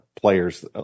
players